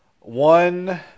One